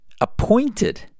appointed